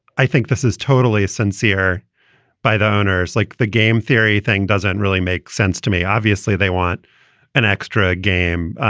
i think this is totally sincere by the owners. like the game theory thing doesn't really make sense to me. obviously, they want an extra game.